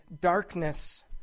darkness